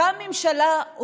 אותה ממשלה,